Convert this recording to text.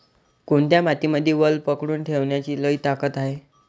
कोनत्या मातीमंदी वल पकडून ठेवण्याची लई ताकद हाये?